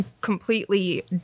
completely